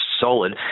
solid